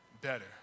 better